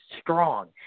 strong